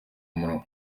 munwa